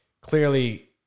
clearly